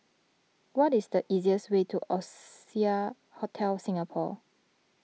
what is the easiest way to Oasia Hotel Singapore